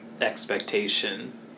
expectation